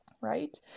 Right